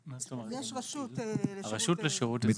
יש רשות לשירות --- הרשות לשירות אזרחי.